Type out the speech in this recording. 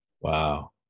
wow